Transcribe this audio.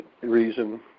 reason